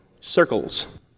Circles